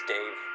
Dave